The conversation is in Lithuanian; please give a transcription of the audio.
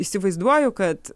įsivaizduoju kad